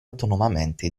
autonomamente